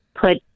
put